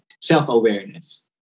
Self-awareness